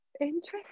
Interesting